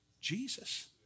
Jesus